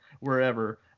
wherever